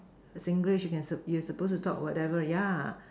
Singlish you can you supposed to talk whatever ya